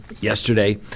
yesterday